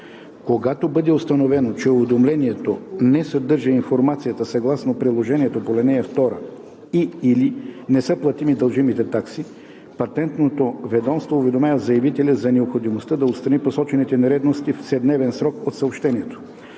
Когато бъде установено, че уведомлението не съдържа информацията, съгласно приложението по ал. 2 и/или не са платени дължимите такси, Патентното ведомство уведомява заявителя за необходимостта да отстрани посочените нередовности в 7-дневен срок от съобщаването.